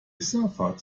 suffered